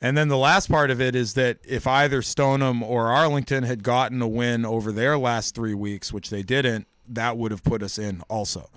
and then the last part of it is that if either stoneham or arlington had gotten a win over their last three weeks which they didn't that would have put us in also